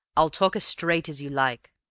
i'll talk as straight as you like.